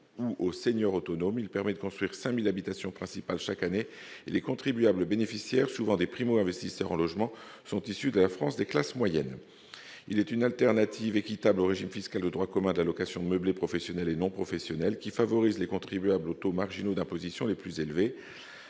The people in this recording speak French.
ou aux seniors autonomes. Il permet de construire 5 000 habitations principales chaque année. Les contribuables qui en bénéficient, souvent des primo-investisseurs dans le logement, sont issus de la France des classes moyennes. Il représente une alternative équitable au régime fiscal de droit commun de la location meublée professionnelle et non professionnelle, régime qui favorise les contribuables aux taux marginaux d'imposition les plus élevés.